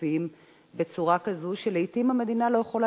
מותקפים בצורה כזאת שלעתים המדינה לא יכולה